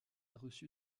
reçu